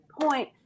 point